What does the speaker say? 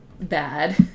bad